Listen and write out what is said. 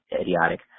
idiotic